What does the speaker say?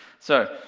so,